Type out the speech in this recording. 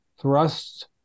thrust